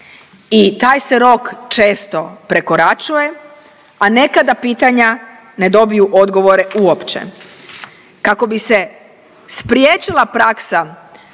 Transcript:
i taj se rok često prekoračuje, a nekada pitanja ne dobiju odgovore uopće. Kako bi se spriječila praksa